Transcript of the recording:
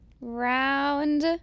round